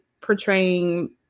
portraying